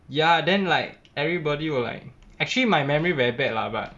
ya then like everybody will like actually my memory very bad lah but